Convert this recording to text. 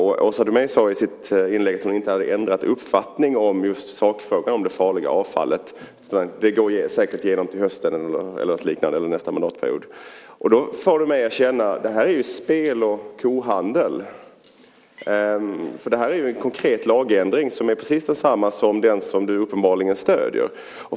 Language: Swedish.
I sitt inlägg sade hon att hon inte hade ändrat uppfattning i sakfrågan om det farliga avfallet. Det går säkert igenom nästa mandatperiod, sade hon, eller något liknande. Det får mig att känna att detta är ju spel och kohandel. Det här är ju en konkret lagändring som är precis densamma som den du uppenbarligen stöder.